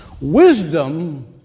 wisdom